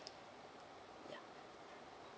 ya